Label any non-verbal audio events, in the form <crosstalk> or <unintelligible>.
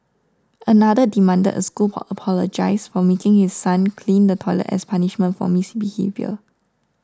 another demanded a school <unintelligible> apologise for making his son clean the toilet as punishment for misbehaviour